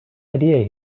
idea